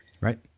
Right